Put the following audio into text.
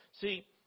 See